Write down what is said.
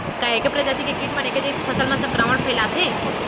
का ऐके प्रजाति के किट मन ऐके जइसे फसल म संक्रमण फइलाथें?